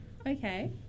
Okay